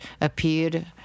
appeared